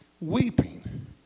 weeping